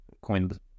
coined